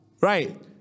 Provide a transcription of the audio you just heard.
right